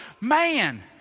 man